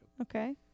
Okay